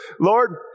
Lord